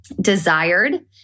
desired